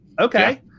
Okay